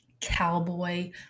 cowboy